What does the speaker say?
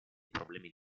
problemi